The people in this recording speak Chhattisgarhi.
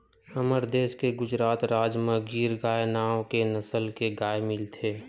हमर देस के गुजरात राज म गीर गाय नांव के नसल के गाय मिलथे